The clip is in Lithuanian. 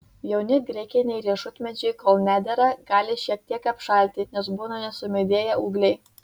jauni graikiniai riešutmedžiai kol nedera gali šiek tiek apšalti nes būna nesumedėję ūgliai